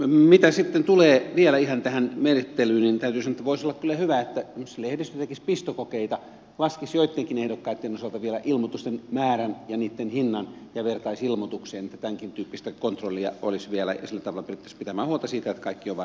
mitä sitten tulee vielä ihan tähän menettelyyn niin täytyy sanoa että voisi olla kyllä hyvä jos lehdistö tekisi pistokokeita laskisi joittenkin ehdokkaitten osalta vielä ilmoitusten määrän ja niitten hinnan ja vertaisi ilmoitukseen että tämänkintyyppistä kontrollia olisi vielä ja sillä tavalla pyrittäisiin pitämään huolta siitä että kaikki on varmasti kunnossa